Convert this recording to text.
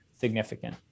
significant